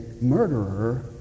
murderer